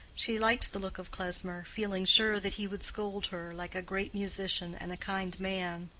she liked the look of klesmer, feeling sure that he would scold her, like a great musician and a kind man.